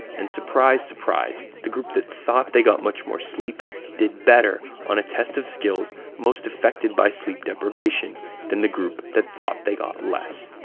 and surprise surprise, the group that thought they got much more sleep did better on a test of skills most affected by sleep deprivation than the group that thought they got less.